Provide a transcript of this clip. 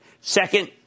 Second